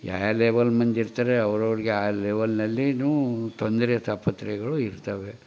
ಯಾ level ಮಂದಿ ಇರ್ತಾರೆ ಅವ್ರು ಅವ್ರಿಗೆ ಆ ಲೆವಲ್ನಲ್ಲಿ ತೊಂದರೆ ತಾಪತ್ರಯಗಳು ಇರ್ತವೆ